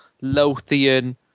Lothian